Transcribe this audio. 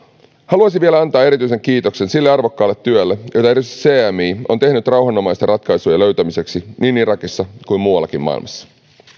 haluaisin vielä antaa erityisen kiitoksen sille arvokkaalle työlle jota erityisesti cmi on tehnyt rauhanomaisten ratkaisujen löytämiseksi niin irakissa kuin muuallakin maailmassa